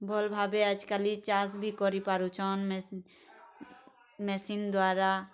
ଭଲ୍ ଭାବେ ଆଜିକାଲି ଚାଷ୍ ଭି କରି ପାରୁଛନ୍ ମେସିନ୍ ଦ୍ଵାରା